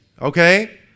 okay